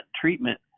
treatment